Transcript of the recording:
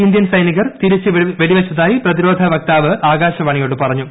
Indian സൈനികർ തിരിച്ച് വെടിവെച്ചതായി പ്രതിരോധ വക്താവ് ആകാശവാണിയോട് പറഞ്ഞു